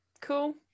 Cool